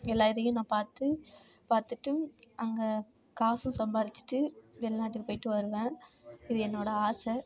எல்லா இதையும் நான் பார்த்து பார்த்துட்டு அங்கே காசு சம்பாதிச்சுட்டு வெளிநாட்டுக்கு போயிட்டு வருவேன் இது என்னோடய ஆசை